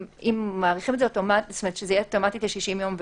אם מאריכים שיהיה אוטומטית ל-60 יום,